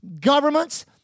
governments